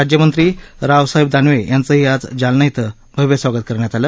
राज्यमंत्री रावसाहेब दानवे यांचंही आज जालना इथं भव्य स्वागत करण्यात आलं